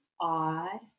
odd